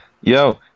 Yo